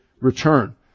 return